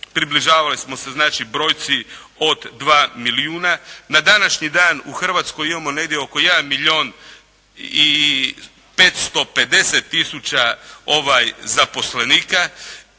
Približavali smo se znači brojci od 2 milijuna. Na današnji dan u Hrvatskoj imamo negdje oko 1 milijun i 550000 zaposlenika.